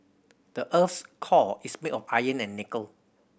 the earth's core is made of iron and nickel